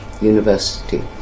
university